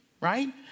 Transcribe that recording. right